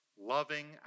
loving